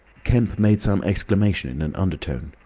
kemp made some exclamation in an undertone.